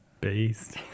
beast